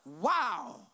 Wow